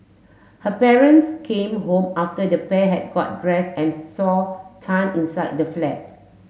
her parents came home after the pair had got dress and saw Tan inside the flat